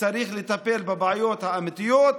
צריך לטפל בבעיות האמיתיות,